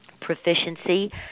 proficiency